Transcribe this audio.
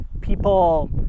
people